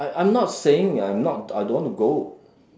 I'm I'm not saying I'm not I don't want to go